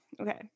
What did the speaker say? okay